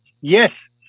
Yes